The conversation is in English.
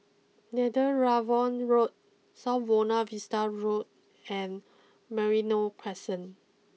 Netheravon Road South Buona Vista Road and Merino Crescent